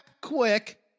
quick